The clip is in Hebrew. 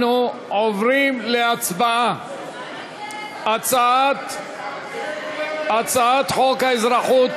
אנחנו עוברים להצבעה על הצעת חוק האזרחות